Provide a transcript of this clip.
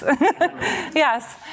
Yes